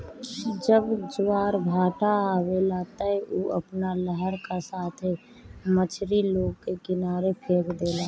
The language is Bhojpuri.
जब ज्वारभाटा आवेला त उ अपना लहर का साथे मछरी लोग के किनारे फेक देला